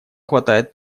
хватает